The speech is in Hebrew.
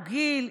גיל.